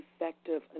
effective